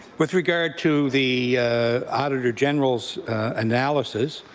with regard to the auditor general's analysis